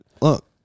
look